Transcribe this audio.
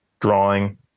drawing